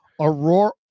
Aurora